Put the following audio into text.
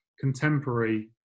contemporary